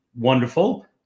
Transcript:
wonderful